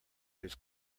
his